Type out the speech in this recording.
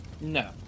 No